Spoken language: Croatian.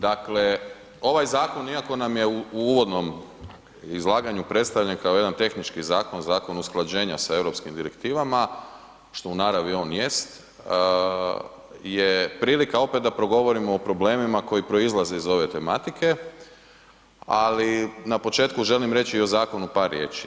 Dakle, ovaj zakon iako nam je u uvodnom izlaganju predstavljen kao jedan tehnički zakon, zakon usklađenja sa europskim direktivama, što u naravno on jest jer prilika da opet progovorimo o problemima koji proizlaze izu ove tematike ali na početku želim reći i o zakonu par riječi.